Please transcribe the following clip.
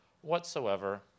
whatsoever